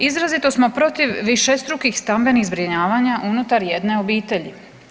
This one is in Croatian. Izrazito smo protiv višestrukih stambenih zbrinjavanja unutar jedne obitelji.